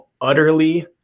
utterly